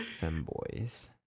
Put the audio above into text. femboys